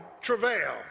travail